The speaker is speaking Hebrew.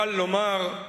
קל לומר: